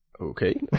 Okay